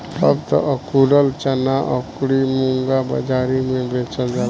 अब त अकुरल चना अउरी मुंग बाजारी में बेचल जाता